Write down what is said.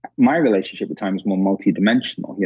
my relationship with time is more multi-dimensional. yeah